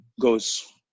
goes